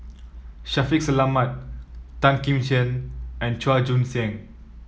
Shaffiq Selamat Tan Kim Tian and Chua Joon Siang